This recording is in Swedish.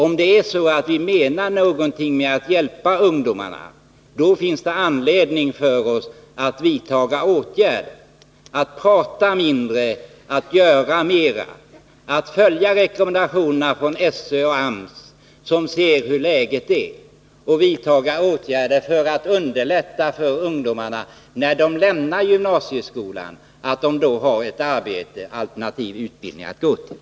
Om vi menar någonting med att man skall hjälpa ungdomarna, då finns det anledning för oss att vidta åtgärder, att prata mindre, att göra mera, att följa rekommendationerna från SÖ och AMS, där man ser hur läget är, och vidta åtgärder för att underlätta situationen för ungdomarna när de lämnar gymnasieskolan, så att de då har ett arbete, alternativt en utbildning att gå till.